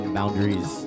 Boundaries